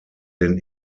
den